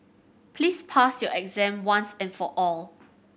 please pass your exam once and for all